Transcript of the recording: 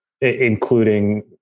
including